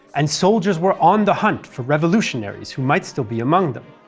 and soldiers were on the hunt for revolutionaries who might still be among them.